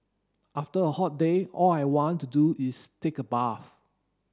after a hot day all I want to do is take a bath